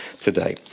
today